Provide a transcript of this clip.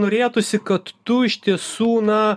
norėtųsi kad tu iš tiesų na